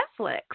Netflix